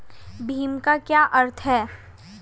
भीम का क्या अर्थ है?